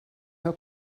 her